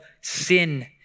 sin